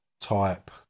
type